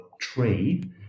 tree